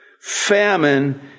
famine